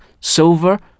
silver